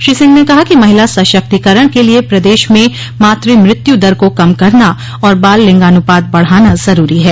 श्री सिंह ने कहा कि महिला सशक्तीकरण के लिए प्रदेश में मातृ मृत्यु दर को कम करना और बाल लिंगानुपात बढ़ाना जरूरी है